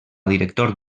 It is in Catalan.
director